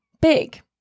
big